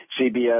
CBS